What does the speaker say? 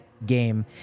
Game